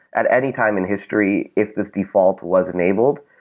at any time in history, if this default was enabled,